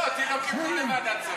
לא, אותי לא קיבלו לוועדת שרים.